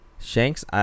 Shanks